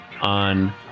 on